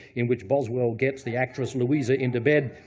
in which boswell gets the actress louisa into bed,